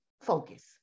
focus